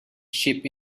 sheep